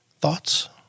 Thoughts